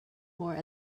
more